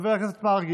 חבר הכנסת אופיר סופר,